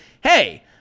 hey